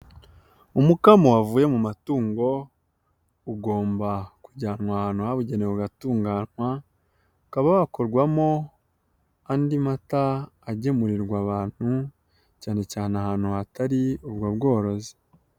Umukamo wavuye mu matungo ugomba kujyanwa ahantu habugenewe ugatunganywa, ukaba wakorwamo andi mata agemurirwa abantu cyane cyane ahantu hatari ubwo bworozi.